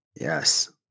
Yes